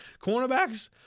cornerbacks